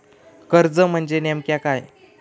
कर्ज म्हणजे नेमक्या काय?